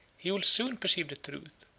he will soon perceive the truth,